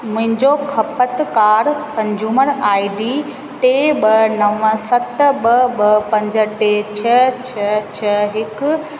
मुहिंजो खपतकार consumer I D टे ॿ नव सत ॿ ॿ पंज टे छह छ्ह छ्ह हिकु